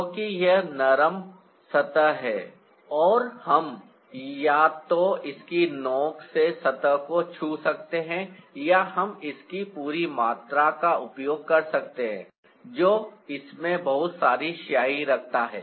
क्योंकि यह एक नरम सतह है और हम या तो इसकी नोक से सतह को छू सकते हैं या हम इसकी पूरी मात्रा का उपयोग कर सकते हैं जो इसमें बहुत सारी स्याही रखता है